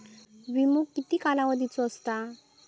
विमो किती कालावधीचो असता?